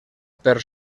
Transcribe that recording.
per